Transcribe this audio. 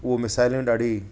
उहे मिसाइलियूं ॾाढी